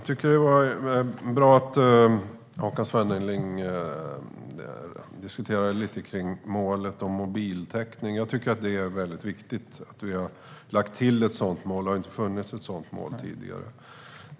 Fru talman! Det är bra att Håkan Svenneling diskuterar målet om mobiltäckning. Jag tycker att det är väldigt viktigt att vi har lagt till ett sådant mål. Det har inte funnits tidigare.